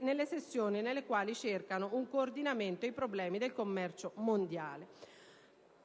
nelle sessioni del quale cercano un coordinamento i problemi del commercio mondiale.